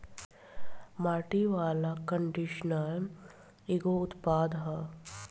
माटी वाला कंडीशनर एगो उत्पाद ह